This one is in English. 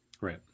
right